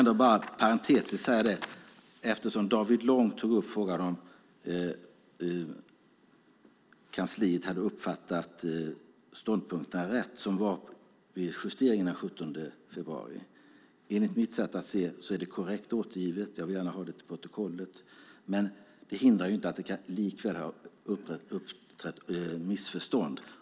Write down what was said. David Lång tog upp frågan om kansliet verkligen hade uppfattat ståndpunkterna rätt vid justeringen den 17 februari. Enligt mitt sätt att se det är det korrekt återgivet. Jag vill gärna ha det till protokollet. Men det hindrar inte att det likväl kan ha uppstått missförstånd.